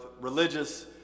religious